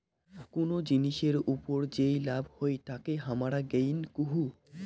কুনো জিনিসের ওপর যেই লাভ হই তাকে হামারা গেইন কুহু